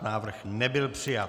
Návrh nebyl přijat.